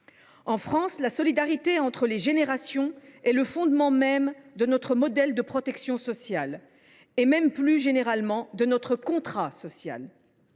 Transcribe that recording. En France, la solidarité entre les générations est le fondement même de notre modèle de protection sociale et même, plus généralement, de notre contrat social.